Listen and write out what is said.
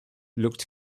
looked